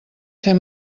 fer